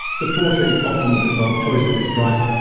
the porsche is often the default choice at this price.